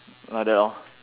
like that lor